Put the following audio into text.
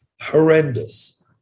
horrendous